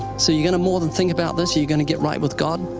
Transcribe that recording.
so, you're going to more than think about this? are you going to get right with god,